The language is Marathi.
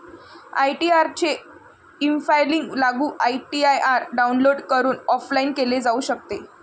आई.टी.आर चे ईफायलिंग लागू आई.टी.आर डाउनलोड करून ऑफलाइन केले जाऊ शकते